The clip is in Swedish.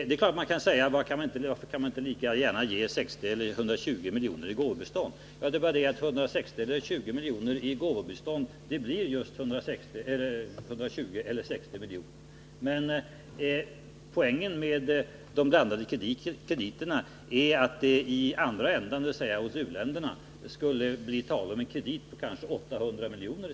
Det är klart att man kan undra: Varför kan man då inte lika gärna ge 60 eller 120 miljoner i gåvobistånd? Det är bara det att 60 eller 120 miljoner i gåvobistånd blir just 60 eller 120 miljoner. Poängen med de blandade krediterna skulle vara att det i den andra ändan, dvs. för u-länderna, skulle bli fråga om ett tillskott på kanske 800 miljoner.